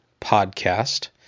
Podcast